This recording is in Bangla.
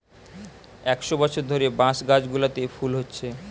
একশ বছর ধরে বাঁশ গাছগুলোতে ফুল হচ্ছে